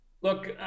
look